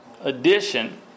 edition